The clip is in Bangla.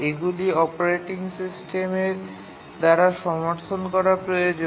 এগুলি অপারেটিং সিস্টেমের দ্বারা সমর্থন করা প্রয়োজন